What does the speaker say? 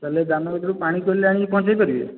ତାହେଲେ ଧାନଗଦୀରୁ ପାଣିକୋଇଲି ଆଣିକି ପହଞ୍ଚାଇପାରିବେ